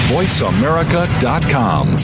VoiceAmerica.com